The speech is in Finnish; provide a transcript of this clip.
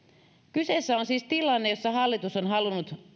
kyseessä on siis tilanne jossa hallitus on halunnut